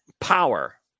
power